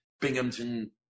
Binghamton